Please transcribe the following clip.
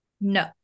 No